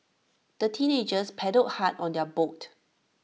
the teenagers paddled hard on their boat